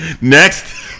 Next